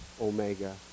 Omega